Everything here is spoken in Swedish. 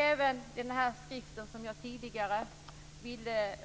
I den skrift som jag tidigare nämnde